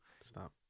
stop